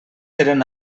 eren